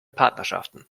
partnerschaften